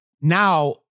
Now